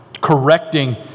correcting